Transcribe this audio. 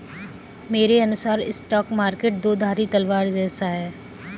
मेरे अनुसार stock market दो धारी तलवार जैसा है